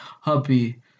Happy